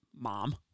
mom